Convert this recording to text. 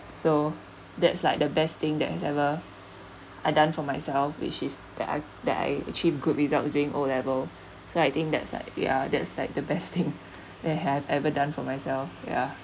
so that's like the best thing that has ever I've done for myself which is that I that I achieve good results during O level so I think that's ya that's the best thing I have ever done for myself ya